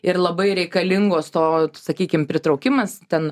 ir labai reikalingos to sakykim pritraukimas ten